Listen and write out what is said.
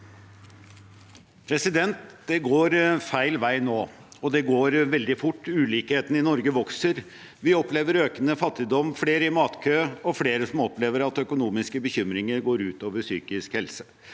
Det går feil vei nå, og det går veldig fort. Ulikhetene i Norge vokser, vi opplever økende fattigdom, det er flere i matkø og flere som opplever at økonomiske bekymringer går ut over psykisk helse.